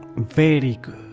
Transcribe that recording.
very good!